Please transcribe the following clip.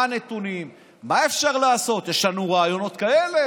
מה הנתונים, מה אפשר לעשות, יש לנו רעיונות כאלה